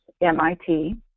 MIT